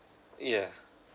yeah